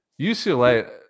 UCLA